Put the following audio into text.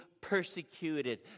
persecuted